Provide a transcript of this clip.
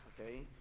okay